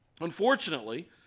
Unfortunately